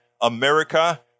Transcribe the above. America